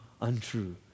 untrue